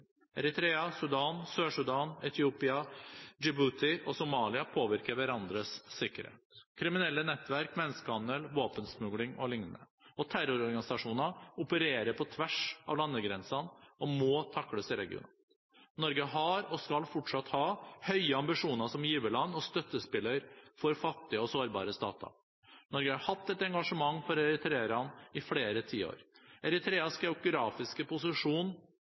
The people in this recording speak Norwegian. Eritrea, Sudan, Sør-Sudan, Etiopia, Djibouti og Somalia påvirker hverandres sikkerhet i form av kriminelle nettverk, menneskehandel, våpensmugling og lignende. Terrororganisasjoner opererer på tvers av landegrensene og må takles i regionen. Norge har – og skal fortsatt ha – høye ambisjoner som giverland og støttespiller for fattige og sårbare stater. Norge har hatt et engasjement for eritreerne i flere tiår. Eritreas geografiske posisjon